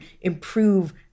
improve